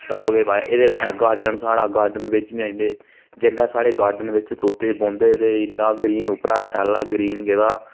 सब किश पाया इ'दे कन्नै गार्डन साढ़ा गार्डन बिच्च बी आई जंदे जिसलै साढ़े गार्डन बिच्च तोते बौंह्दे ते इ'न्ना ग्रीन उप्परां सैह्ला ग्रीन गेदा